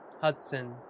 Hudson